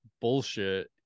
bullshit